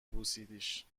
بوسیدیش